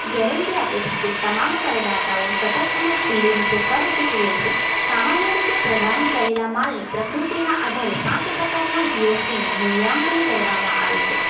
guarantee આપે છે કે તમામ કરદાતાઓ સતત અને ખુલ્લી રીતે કર ચૂકવે છે સામાન્ય રીતે પ્રદાન કરેલા માલને પ્રકૃતિના આધારે પાંચ પ્રકારના જીએસટીનું મૂલ્યાંકન કરવામાં આવે છે